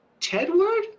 Tedward